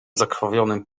zakrwawionym